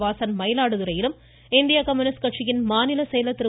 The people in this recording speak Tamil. வாசன் மயிலாடுதுறையிலும் இந்திய கம்யூனிஸ்ட் கட்சியின் மாநிலச் செயலர் திரு